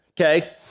Okay